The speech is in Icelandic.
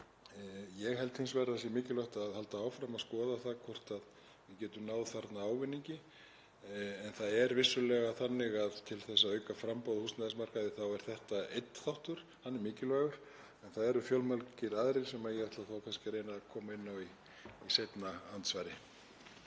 Ég held hins vegar að það sé mikilvægt að halda áfram að skoða það hvort við getum náð þarna ávinningi. Það er vissulega þannig að til þess að auka framboð á húsnæðismarkaði er þetta einn þáttur. Hann er mikilvægur en það eru fjölmargir aðrir sem ég ætla kannski að reyna að koma inn á í seinna andsvari.